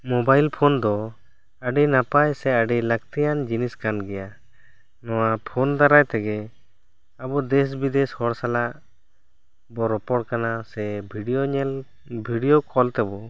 mobile phone ᱫᱚ ᱟᱹᱰᱤ ᱱᱟᱯᱟᱭ ᱥᱮ ᱟᱹᱰᱤ ᱞᱟᱹᱠᱛᱤᱭᱟᱱ ᱡᱤᱱᱤᱥ ᱠᱟᱱ ᱜᱮᱭᱟ ᱱᱚᱣᱟ ᱯᱷᱳᱱ ᱫᱟᱨᱟᱭ ᱛᱮᱜᱮ ᱟᱵᱚ ᱫᱮᱥ ᱵᱤᱫᱮᱥ ᱦᱚᱲ ᱥᱟᱞᱟᱜ ᱵᱚ ᱨᱚᱯᱚᱲ ᱠᱟᱱᱟ ᱥᱮ ᱵᱷᱤᱰᱤᱭᱚ ᱧᱮᱞ ᱵᱷᱤᱰᱤᱭᱳ ᱠᱚᱞ ᱛᱮᱵᱚ